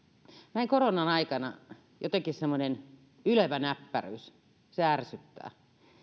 näin koronan aikana jotenkin semmoinen ylevä näppäryys se ärsyttää